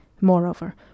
Moreover